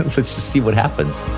lets just see what happens.